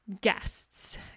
Guests